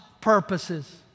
purposes